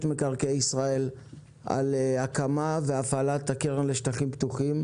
מקרקעי ישראל על הקמה והפעלה של הקרן לשטחים פתוחים,